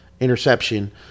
interception